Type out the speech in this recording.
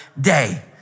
day